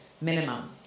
minimum